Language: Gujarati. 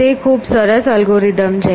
તે ખૂબ સરસ અલ્ગોરિધમ છે